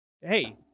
hey